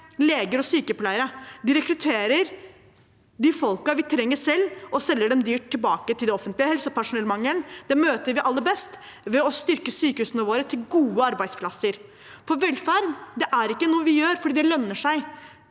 leger og sykepleiere, de rekrutterer de folkene vi trenger selv, og selger dem dyrt tilbake til det offentlige. Helsepersonellmangelen møter vi aller best ved å styrke sykehusene våre til gode arbeidsplasser. Velferd er ikke noe vi har fordi det lønner seg,